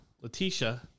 Letitia